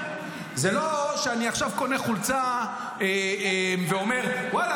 זה לא שאני קונה עכשיו חולצה ואומר: ואללה,